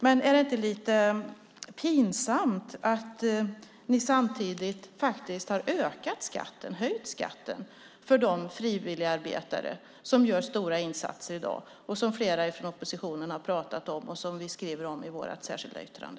Men är det inte lite pinsamt att ni samtidigt har höjt skatten för de frivilligarbetare som gör stora insatser i dag? Flera ifrån oppositionen har pratat om dessa människor, och vi skriver om dem i vårt särskilda yttrande.